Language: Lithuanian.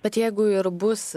bet jeigu ir bus